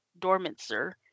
Dormitzer